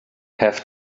have